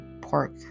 pork